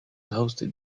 hosted